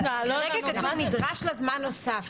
--- "שנדרש לה זמן נוסף".